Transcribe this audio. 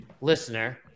listener